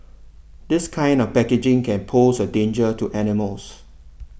this kind of packaging can pose a danger to animals